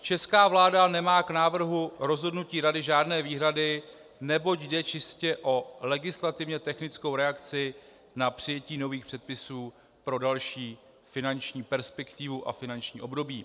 Česká vláda nemá k návrhu rozhodnutí Rady žádné výhrady, neboť jde čistě o legislativně technickou reakci na přijetí nových předpisů pro další finanční perspektivu a finanční období.